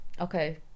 okay